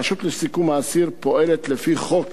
הרשות לשיקום האסיר פועלת לפי חוק